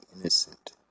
innocent